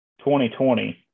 2020